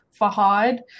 Fahad